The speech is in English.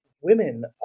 women